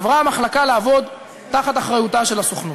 עברה המחלקה לעבוד תחת אחריותה של הסוכנות.